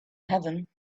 heaven